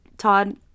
Todd